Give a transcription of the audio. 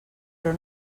però